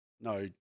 no